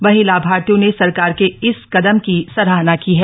वहीं लाभार्थियों न सरकार का इस कदम की सराहना की है